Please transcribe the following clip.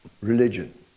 religion